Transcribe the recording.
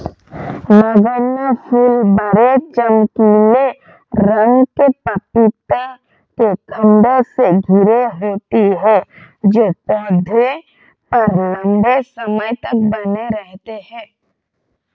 नगण्य फूल बड़े, चमकीले रंग के पपीते के खण्डों से घिरे होते हैं जो पौधे पर लंबे समय तक बने रहते हैं